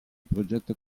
progetto